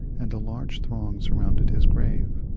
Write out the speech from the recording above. and a large throng surrounded his grave.